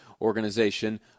organization